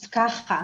אז ככה,